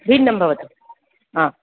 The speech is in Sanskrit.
भिन्नं भवति